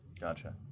Gotcha